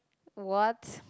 what